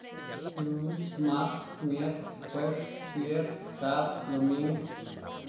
Luns mars mierk jueps vier sab domin